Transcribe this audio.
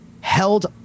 held